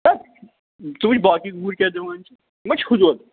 ژٕ وٕچھِ باقٕے گوٗرۍ کیٛاہ دِوان چھِ یہِ ما چھُ ہُہ دۄد